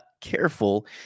careful